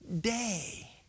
day